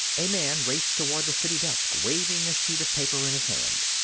a man raced toward the city desk, waving a sheet of paper in his hand.